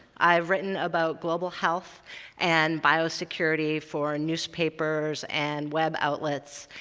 i've written about global health and biosecurity for newspapers and web outlets,